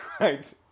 right